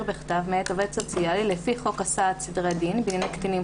בכתב מאת עובד סוציאלי לפי חוק הסעד (סדרי דין בענייני קטינים,